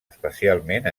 especialment